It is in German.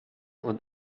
und